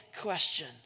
question